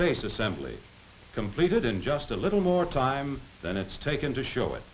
basis embley completed in just a little more time than it's taken to show it